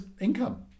income